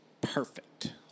perfect